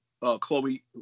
Chloe